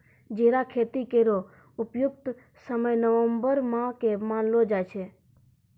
जीरा खेती केरो उपयुक्त समय नवम्बर माह क मानलो जाय छै